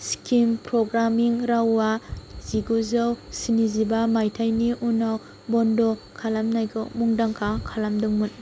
scheme programming रावआ जिगुजौ स्निजिबा मायथाइनि उनाव बन्द खालामनायखौ मुंदांखा खालामदोंमोन